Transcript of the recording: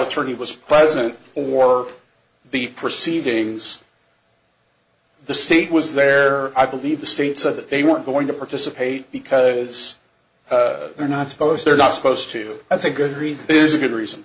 attorney was present or the proceedings the state was there i believe the states and that they weren't going to participate because they're not supposed they're not supposed to that's a good read is a good reason